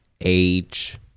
age